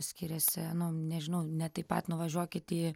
skiriasi nu nežinau net taip pat nuvažiuokit į